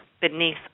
beneath